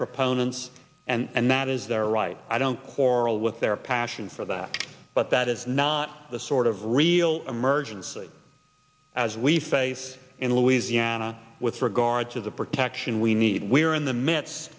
proponents and that is their right i don't quarrel with their passion for that but that is not the sort of real emergency as we face in louisiana with regard to the protection we need we are in the m